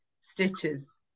stitches